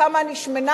כמה אני שמנה,